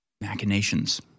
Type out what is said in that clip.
machinations